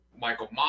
Michael